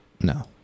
No